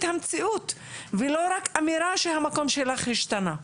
המציאות ולא רק אמירה שהמקום שלך השתנה.